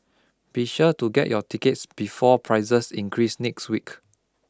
be sure to get your tickets before prices increase next week